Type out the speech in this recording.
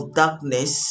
darkness